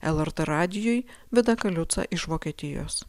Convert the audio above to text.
lrt radijui vida kaliutsa iš vokietijos